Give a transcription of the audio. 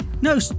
no